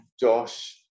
Josh